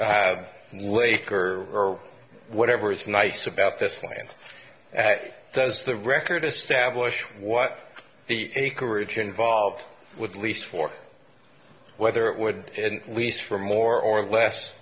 lake or whatever is nice about this land does the record establish what the acreage involved with lease for whether it would lease for more or less